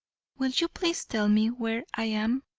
will you please tell me where i am?